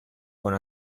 con